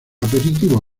aperitivo